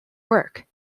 work